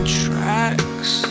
tracks